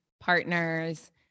partners